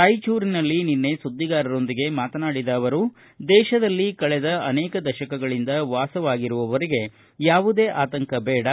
ರಾಯಚೂರಿನಲ್ಲಿ ನಿನ್ನೆ ಸುದ್ನಿಗಾರರೊಂದಿಗೆ ಮಾತನಾಡಿದ ಅವರು ದೇಶದಲ್ಲಿ ಕಳೆದ ಅನೇಕ ದಶಕಗಳಿಂದ ವಾಸವಾಗಿರುವವರಿಗೆ ಯಾವುದೇ ಆತಂಕ ಬೇಡ